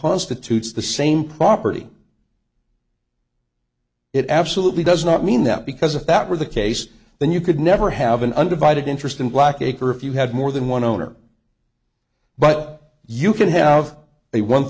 constitutes the same property it absolutely does not mean that because if that were the case then you could never have an undivided interest in black acre if you had more than one owner but you can have a one